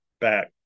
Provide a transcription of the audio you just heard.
back